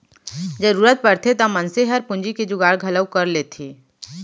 जरूरत परथे त मनसे हर पूंजी के जुगाड़ घलौ कर लेथे